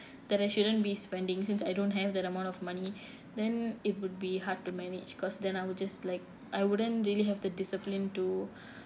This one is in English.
then I shouldn't be spending since I don't have that amount of money then it would be hard to manage cause then I will just like I wouldn't really have the discipline to